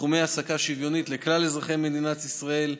בתחומי העסקה שוויונית לכלל אזרחי מדינת ישראל,